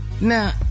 Now